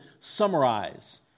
summarize